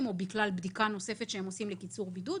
או בגלל בדיקה נוספת שהן עושים לקיצור בידוד.